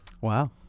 Wow